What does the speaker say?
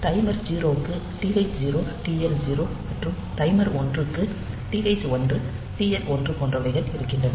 timer 0 க்கு TH0 TL0 மற்றும் timer 1 க்கு TH1 TL1 போன்றவைகள் இருக்கின்றன